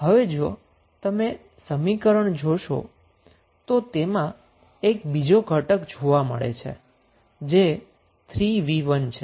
હવે જો તમે સમીકરણ જોશો તો તેમાં એક બીજો કમ્પોનંટ જોવા મળે છે જે 3v1 છે